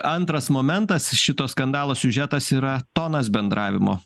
antras momentas šito skandalo siužetas yra tonas bendravimo